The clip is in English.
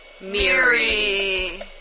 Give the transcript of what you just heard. Miri